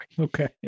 Okay